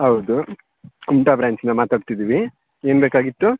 ಹೌದು ಕುಮಟ ಬ್ರಾಂಚ್ ಇಂದ ಮಾತಾಡ್ತಿದೀವಿ ಏನು ಬೇಕಾಗಿತ್ತು